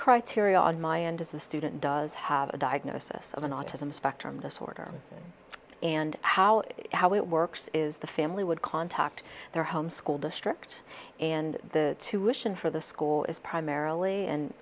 criteria on my end is the student does have a diagnosis of an autism spectrum disorder and how it how it works is the family would contact their home school district and the tuition for the school is primarily and